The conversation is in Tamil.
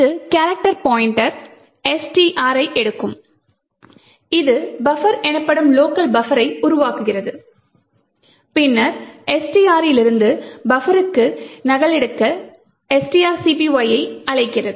இது கேரக்டர் பாய்ண்ட்டர் STR ஐ எடுக்கும் இது பஃபர் எனப்படும் லோக்கல் பஃபரை உருவாக்குகிறது பின்னர் STR இலிருந்து பஃபருக்கு நகலெடுக்க strcpy ஐ அழைக்கிறது